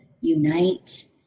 unite